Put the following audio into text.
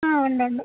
ആ ഉണ്ട് ഉണ്ട്